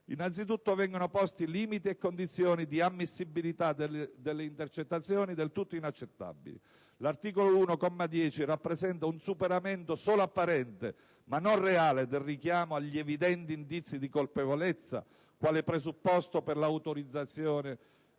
Innanzitutto vengono posti limiti e condizioni di ammissibilità delle intercettazioni del tutto inaccettabili. L'articolo 1, comma 10, rappresenta un superamento solo apparente, ma non reale, del richiamo agli «evidenti indizi di colpevolezza» quale presupposto per l'autorizzazione